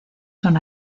son